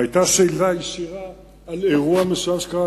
היתה שאלה ישירה על אירוע מסוים שקרה.